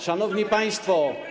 Szanowni Państwo!